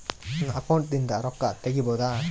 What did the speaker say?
ನನ್ನ ಅಕೌಂಟಿಂದ ರೊಕ್ಕ ತಗಿಬಹುದಾ?